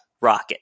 rocket